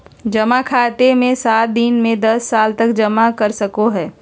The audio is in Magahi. जमा खाते मे सात दिन से दस साल तक जमा कर सको हइ